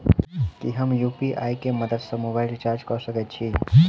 की हम यु.पी.आई केँ मदद सँ मोबाइल रीचार्ज कऽ सकैत छी?